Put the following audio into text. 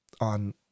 on